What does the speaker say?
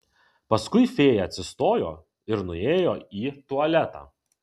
paskui fėja atsistojo ir nuėjo į tualetą